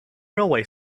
railway